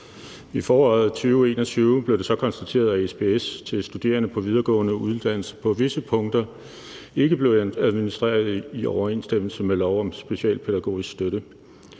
I foråret 2021 blev det så konstateret, at SPS til studerende på videregående uddannelser på visse punkter ikke blev administreret i overensstemmelse med lov om specialpædagogisk støtte.